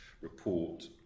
report